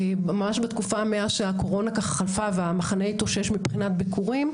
ממש בתקופה מאז שהקורונה ככה חלפה והמחנה התאושש מבחינת ביקורים,